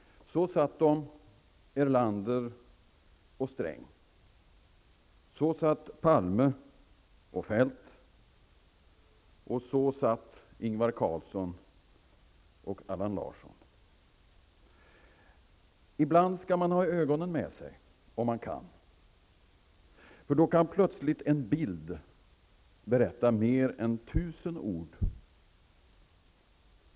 Så satt Erlander och Sträng, Larsson. Ibland skall man ha ögonen med sig, för då kan plötsligt en bild säga mer än tusen ord.